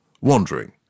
wandering